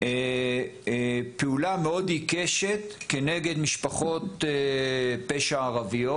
פעולה מאוד עיקשת כנגד משפחות פשע ערביות.